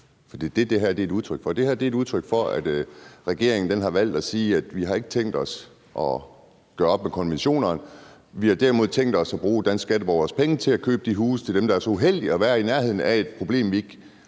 For det er det, det her er et udtryk for. Det her er et udtryk for, at regeringen har valgt at sige, at de ikke har tænkt sig at gøre op med konventionerne. De har derimod tænkt sig at bruge danske skatteborgeres penge til at købe huse af dem, der er så uheldige at være i nærheden af et problem, regeringen ikke har tænkt